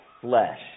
flesh